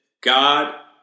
God